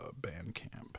Bandcamp